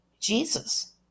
Jesus